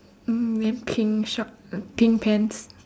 mm then pink shorts pink pants